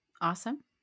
Awesome